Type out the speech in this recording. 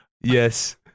yes